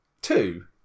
Two